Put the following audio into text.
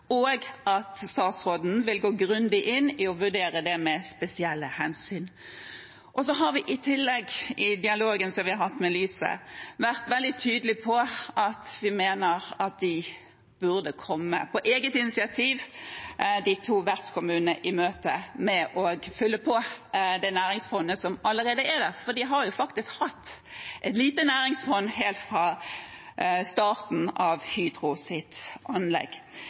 og at statsråden vil gå grundig inn i å vurdere det med spesielle hensyn. Så har vi i tillegg, i dialogen som vi har hatt med Lyse, vært veldig tydelige på at vi mener at de – på eget initiativ – burde komme de to vertskommunene i møte med å fylle på det næringsfondet som allerede er der, for de har jo faktisk hatt et lite næringsfond helt fra starten av Hydros anlegg.